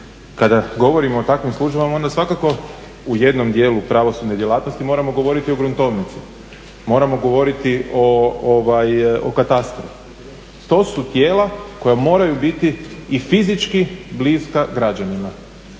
Kada govorimo o takvim službama onda svakako u jednom dijelu pravosudne djelatnosti moramo govoriti o gruntovnici, moramo govoriti o katastru. To su tijela koja moraju biti i fizički bliska građanima